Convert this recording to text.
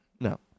no